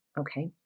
Okay